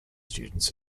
students